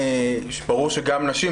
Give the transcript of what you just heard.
ברור שגם נשים,